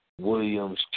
Williams